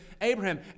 Abraham